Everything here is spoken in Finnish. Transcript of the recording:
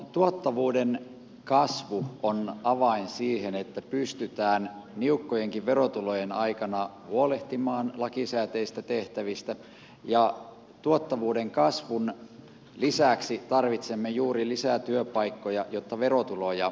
tuottavuuden kasvu on avain siihen että pystytään niukkojenkin verotulojen aikana huolehtimaan lakisääteisistä tehtävistä ja tuottavuuden kasvun lisäksi tarvitsemme juuri lisää työpaikkoja jotta verotuloja kertyy